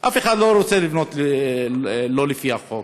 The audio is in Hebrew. אף אחד לא רוצה לבנות לא לפי החוק,